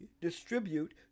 distribute